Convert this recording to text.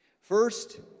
First